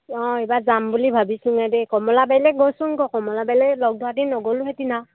অঁ এইবাৰ যাম বুলি ভাবিছোঁ এহেঁতি কমলাবাৰীলৈ গৈছোং আকৌ কমলাবাৰীলৈ লগ ধৰাহেঁতিন নগ'লোহেঁতিন আৰু